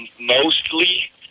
mostly